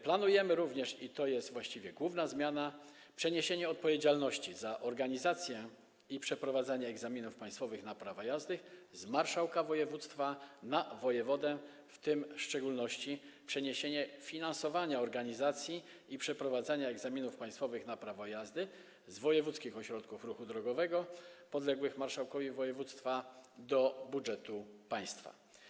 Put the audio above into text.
Planujemy również, i to jest właściwie główna zmiana, przeniesienie odpowiedzialności za organizację i przeprowadzanie egzaminów państwowych na prawa jazdy z marszałka województwa na wojewodę, w tym w szczególności przeniesienie finansowania organizacji i przeprowadzania egzaminów państwowych na prawo jazdy z wojewódzkich ośrodków ruchu drogowego podległych marszałkowi województwa do budżetu państwa.